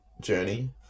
journey